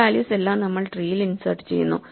ഈ വാല്യൂസ് എല്ലാം നമ്മൾ ട്രീയിൽ ഇൻസേർട്ട് ചെയ്യുന്നു